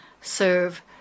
serve